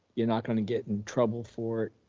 you're not gonna get in trouble for it.